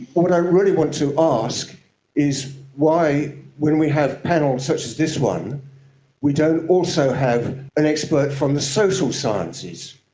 what i really want to ask is why when we have panels such as this one we don't also have an expert from the social sciences.